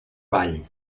vall